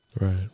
right